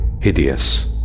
hideous